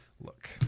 look